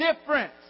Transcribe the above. difference